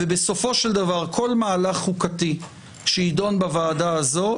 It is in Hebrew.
ובסופו של דבר כל מהלך חוקתי שיידון בוועדה הזאת,